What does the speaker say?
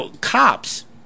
cops